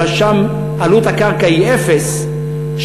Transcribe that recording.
ששם עלות הקרקע היא אפס,